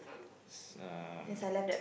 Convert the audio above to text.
um